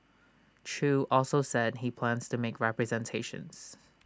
chew also said he plans to make representations